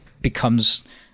becomes